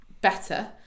better